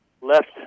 left